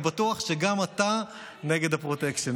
אני בטוח שגם אתה נגד הפרוטקשן.